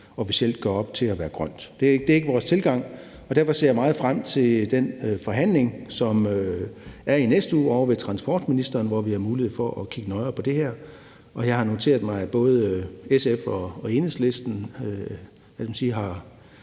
officielt gør op til at være grønt. Det er ikke vores tilgang, og derfor ser jeg meget frem til den forhandling, som der er i næste uge ovre ved transportministeren, hvor vi har mulighed for at kigge nøjere på det her. Jeg har noteret mig, at både SF og Enhedslisten har